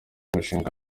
mushinga